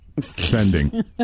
Sending